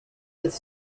with